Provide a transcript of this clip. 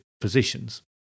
positions